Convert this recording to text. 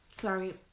sorry